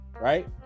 right